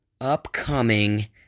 upcoming